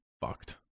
fucked